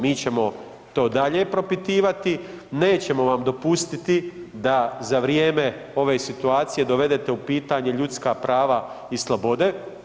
Mi ćemo to dalje propitivati, nećemo vam dopustiti da za vrijeme ove situacije dovedete u pitanje ljudska prava i slobode.